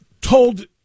told